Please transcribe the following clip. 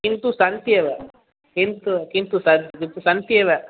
किन्तु सन्त्येव किन्तु किन्तु सन् सन्त्येव